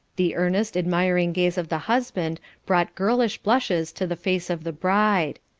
the earnest admiring gaze of the husband brought girlish blushes to the face of the bride.